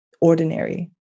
ordinary